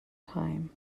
time